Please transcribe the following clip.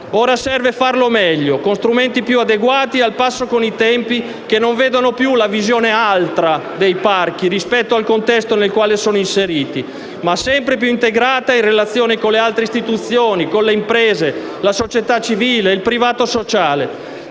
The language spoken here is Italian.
Ora serve farlo meglio, con strumenti più adeguati e al passo con i tempi, che non vedano più la visione altra dei parchi rispetto al contesto nel quale sono inseriti, ma sempre più integrata e in relazione con le altre istituzioni, con le imprese, la società civile e il privato sociale.